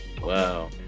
Wow